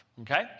Okay